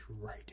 right